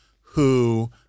who-